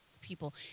people